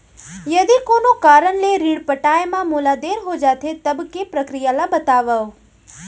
यदि कोनो कारन ले ऋण पटाय मा मोला देर हो जाथे, तब के प्रक्रिया ला बतावव